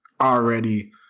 already –